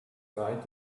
tried